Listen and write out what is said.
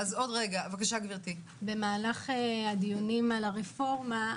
במהלך הדיונים על הרפורמה,